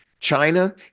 China